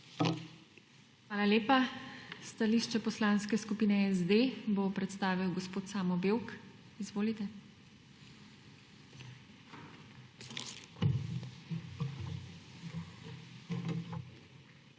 Hvala lepa. Stališče Poslanske skupine LMŠ bo predstavil gospod Brane Golubović. Izvolite.